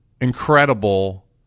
incredible